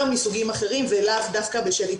מסוגים אחרים ולאו דווקא בשל התמכרויות.